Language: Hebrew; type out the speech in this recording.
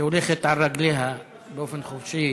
שהולכת על רגליה באופן חופשי.